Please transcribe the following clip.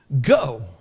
go